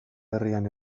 herrian